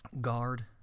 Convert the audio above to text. guard